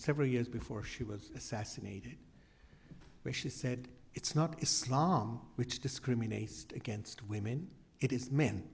several years before she was assassinated she said it's not islam which discriminate against women it is m